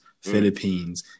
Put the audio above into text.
Philippines